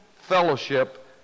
fellowship